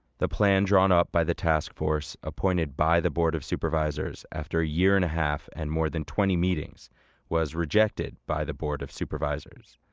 the plan drawn up by the task force appointed by the board of supervisors after a year and a half and more than twenty meetings was rejected by the board of supervisors.